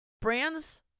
brands